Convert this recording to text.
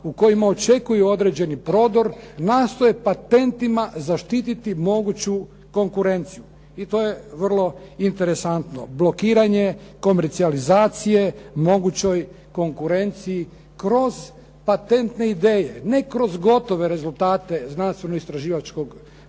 u kojima očekuju određeni prodor nastoje patentima zaštititi moguću konkurenciju i to je vrlo interesantno. Blokiranje komercijalizacije mogućoj konkurenciji kroz patentne ideje. Ne kroz gotove rezultate znanstveno-istraživačkog proizvoda,